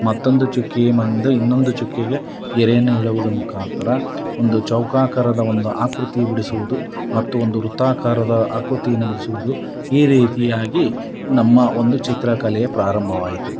ಮತ್ತೊಂದು ಚುಕ್ಕಿ ಮುಂದೆ ಇನ್ನೊಂದು ಚುಕ್ಕಿಗೆ ಗೆರೆಯನ್ನು ಎಳೆವುದ ಮುಖಾಂತರ ಒಂದು ಚೌಕಾಕಾರದ ಒಂದು ಆಕೃತಿ ಬಿಡಿಸುವುದು ಮತ್ತು ಒಂದು ವೃತ್ತಕಾರದ ಆಕೃತೀನ ಬಿಡಿಸುವುದು ಈ ರೀತಿಯಾಗಿ ನಮ್ಮ ಒಂದು ಚಿತ್ರಕಲೆ ಪ್ರಾರಂಭವಾಯಿತು